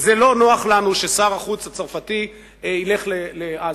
זה לא נוח לנו ששר החוץ הצרפתי ילך לעזה.